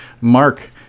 mark